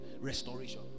restoration